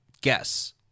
guess